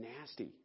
nasty